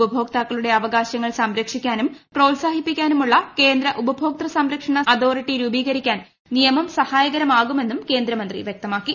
ഉപഭോക്താക്കളുടെ അവകാശങ്ങൾ സംരക്ഷിക്കാനും പ്രോത്സാഹിപ്പിക്കാനുമുള്ള കേന്ദ്ര ഉപഭോക്തൃസംരക്ഷണ അതോറിറ്റി രൂപീകരിക്കാൻ നിയമം സഹായകമാകുമെന്നും കേന്ദ്രമന്ത്രി വ്യക്തമാക്കി